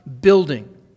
building